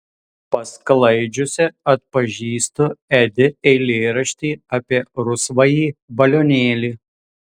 pasklaidžiusi atpažįstu edi eilėraštį apie rausvąjį balionėlį